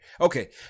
Okay